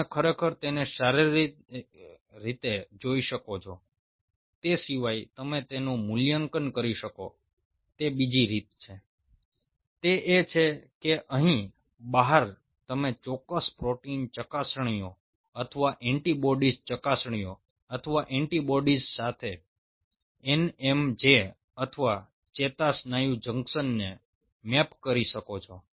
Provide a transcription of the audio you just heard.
તમે ખરેખર તેને શારીરિક રીતે જોઈ શકો છો તે સિવાય તમે તેનું મૂલ્યાંકન કરી શકો તે બીજી રીત છે તે એ છે કે અહીં બહાર તમે ચોક્કસ પ્રોટીન ચકાસણીઓ અથવા એન્ટિબોડીઝ ચકાસણીઓ અથવા એન્ટિબોડીઝ સાથે NMJ અથવા ચેતાસ્નાયુ જંકશનને મેપ કરી શકો છો